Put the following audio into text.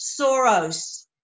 Soros